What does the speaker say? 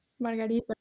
Margarita